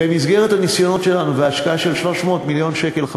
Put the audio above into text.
במסגרת הניסיונות שלנו וההשקעה של 300 מיליון שקלים,